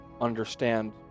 understand